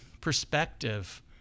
perspective